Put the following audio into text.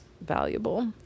valuable